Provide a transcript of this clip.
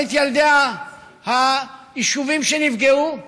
גם את ילדי היישובים שנפגעו,